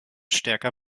stärker